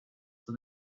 for